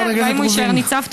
האם הוא יישאר ניצב?